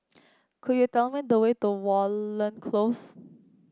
could you tell me the way to Watten Close